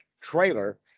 trailer